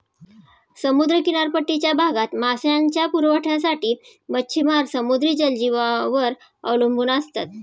समुद्र किनारपट्टीच्या भागात मांसाच्या पुरवठ्यासाठी मच्छिमार समुद्री जलजीवांवर अवलंबून असतात